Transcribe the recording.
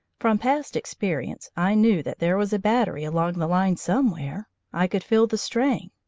from past experience i knew that there was a battery along the line somewhere i could feel the strain.